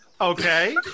Okay